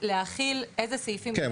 -- והוא יחליט איזה סעיפים להחיל --- כן,